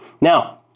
Now